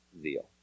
zeal